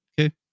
Okay